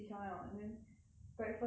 breakfast 完全都跳过了